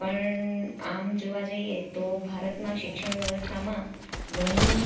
પણ આમ જોવા જઇએ તો ભારતમાં શિક્ષણ વ્યવસ્થામાં ઘણી